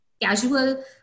casual